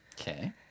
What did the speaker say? Okay